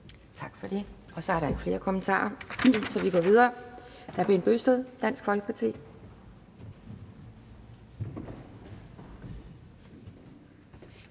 Tak for det, og så er der ikke flere kommentarer. Vi går videre til hr. Bent Bøgsted, Dansk Folkeparti.